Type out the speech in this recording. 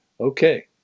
Okay